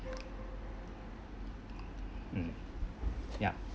mm ya